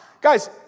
guys